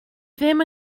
ddim